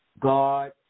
God